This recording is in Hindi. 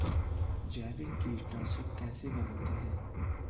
जैविक कीटनाशक कैसे बनाते हैं?